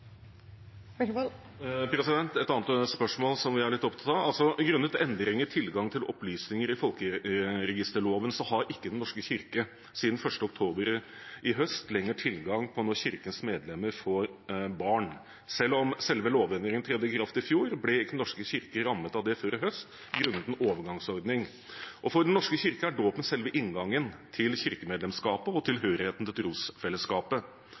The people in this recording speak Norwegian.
Et annet spørsmål vi er litt opptatt av: Grunnet endring i tilgangen til opplysninger i henhold til folkeregisterloven har Den norske kirke siden 1. oktober i høst ikke lenger tilgang til opplysninger om når Kirkens medlemmer får barn. Selv om selve lovendringen trådte i kraft i fjor, ble Den norske kirke ikke rammet av den før i høst, grunnet en overgangsordning. For Den norske kirke er dåpen selve inngangen til kirkemedlemskapet og tilhørigheten til trosfellesskapet.